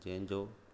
जंहिंजो